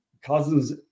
Cousins